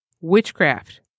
witchcraft